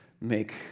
make